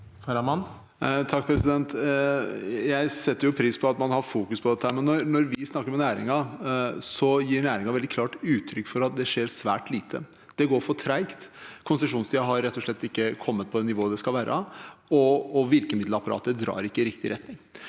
Jeg setter pris på at man har fokus på dette, men når vi snakker med næringen, gir næringen veldig klart uttrykk for at det skjer svært lite. Det går for tregt, konsesjonstiden har rett og slett ikke kommet på det nivået den skal være, og virkemiddelapparatet drar ikke i riktig retning.